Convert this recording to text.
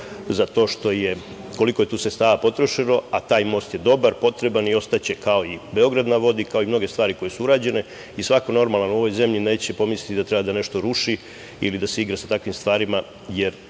most, koliko je tu sredstava potrošeno, a taj most je dobar, potreban i ostaće kao i „Beograd na vodi“, kao i mnoge stvari koje su urađene. Svako normalan u ovoj zemlji neće pomisliti da treba nešto da ruši ili da se igra sa takvim stvarima, jer